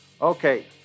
Okay